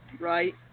right